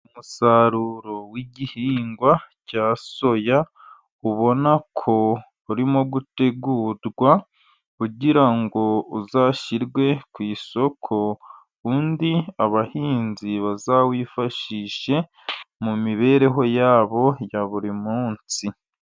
Umusaruro w' igihingwa cya soya ubona ko urimo gutegurwa kugira ngo uzashyirwe ku isoko, undi abahinzi bazawifashishe mu mibereho ya bo ya buri munsi.